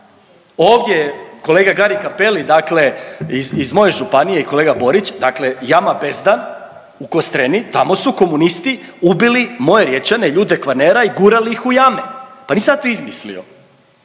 Ovdje je kolega Gari Cappelli dakle iz moje županije i kolega Borić, dakle jama bezdan u Kostreni, tamo su komunisti ubili moje Riječane, ljude Kvarnera i gurali ih u jame, pa nisam ja to izmislio,